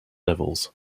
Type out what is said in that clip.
levels